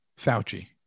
Fauci